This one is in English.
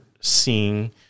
seeing